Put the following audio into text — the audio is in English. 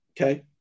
Okay